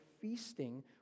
feasting